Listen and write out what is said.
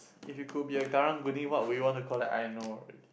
if you could be a karang-guni what would you want to collect I know already